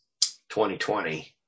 2020